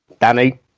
Danny